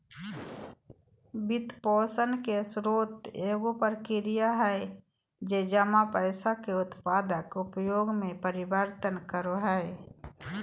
वित्तपोषण के स्रोत एगो प्रक्रिया हइ जे जमा पैसा के उत्पादक उपयोग में परिवर्तन करो हइ